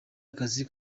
akazi